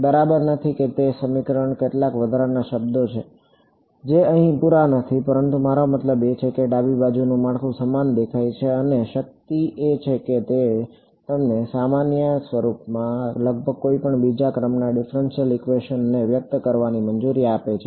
બરાબર નથી કે તે સમીકરણમાં કેટલાક વધારાના શબ્દો છે જે અહીં પૂરા નથી પરંતુ મારો મતલબ છે કે ડાબી બાજુનું માળખું સમાન દેખાય છે અને તેની શક્તિ એ છે કે તે તમને આ સામાન્ય સ્વરૂપમાં લગભગ કોઈપણ બીજા ક્રમના ડિફ્રેંશિયલ ઇક્વેશનને વ્યક્ત કરવાની મંજૂરી આપે છે